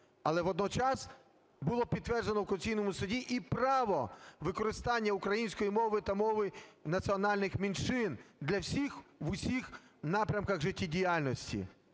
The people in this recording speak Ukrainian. Але водночас було підтверджено в Конституційному Суді і право використання української мови та мов національних меншин для всіх в усіх напрямках життєдіяльності.